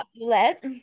let